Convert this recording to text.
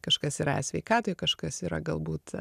kažkas yra e sveikatoj kažkas yra galbūt